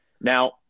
Now